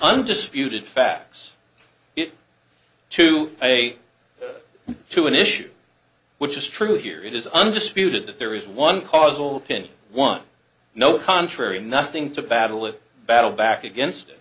undisputed facts to say to an issue which is true here it is undisputed that there is one causal pinney one no contrary nothing to battle the battle back against